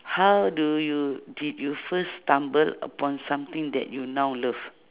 how do you did you first stumble upon something that you now love